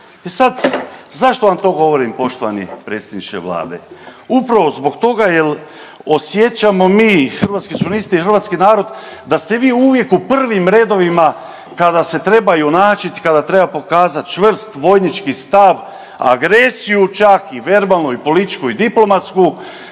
E sad, zašto vam to govorim poštovani predsjedniče Vlade? Upravo zbog toga jer osjećamo mi, Hrvatski suverenisti, Hrvatski narod da ste vi uvijek u prvim redovima kada se trebaju naći, kada treba pokazati čvrst vojnički stav, agresiju čak i verbalnu i političku i diplomatsku